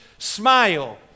Smile